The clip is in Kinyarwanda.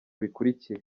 bikurikira